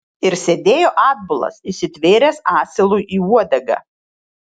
ir sėdėjo atbulas įsitvėręs asilui į uodegą